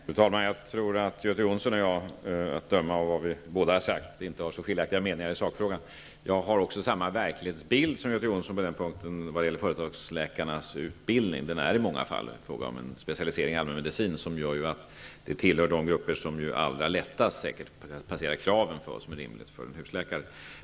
Fru talman! Att döma av vad Göte Jonsson och jag har sagt är vi inte av så skiljaktiga meningar i sakfrågan. Jag har också samma verklighetsbild när det gäller företagsläkarnas utbildning. De har i många fall en specialisering i allmänmedicin. De tillhör alltså de grupper som allra lättast skulle passera kraven för vad som är rimlig utbildning för en husläkare.